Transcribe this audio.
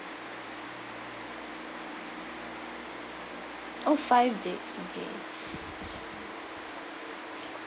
oh five days okay